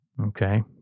Okay